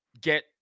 Get